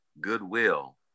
Goodwill